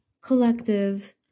Collective